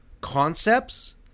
concepts